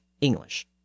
English